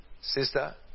Sister